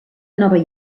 nova